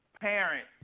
parent